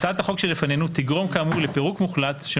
הצעת החוק שלפנינו תגרום כאמור לפירוק מוחלט של